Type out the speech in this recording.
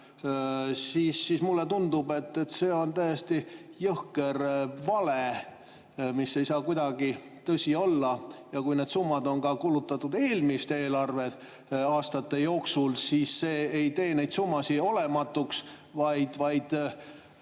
siis mulle tundub, et see on täiesti jõhker vale, mis ei saa kuidagi tõsi olla. Ja kui need summad on ka kulutatud eelmiste eelarveaastate jooksul, siis see ei tee neid summasid olematuks, vaid